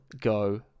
go